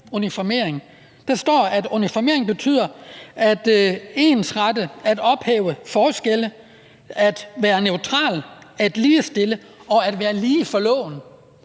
uniformering. Der står, at uniformering betyder at ensrette, at ophæve forskelle, at være neutral, at ligestille og at være lige for loven.